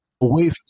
away